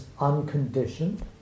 unconditioned